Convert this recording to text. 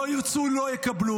יקבלו, לא ירצו, לא יקבלו.